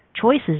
choices